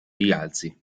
rialzi